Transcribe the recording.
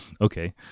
Okay